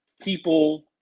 people